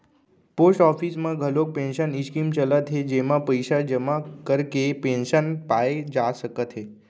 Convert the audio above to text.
post office म घलोक pension scheme चलत हे जेमा पइसा जमा करके पेंसन पाए जा सकत हे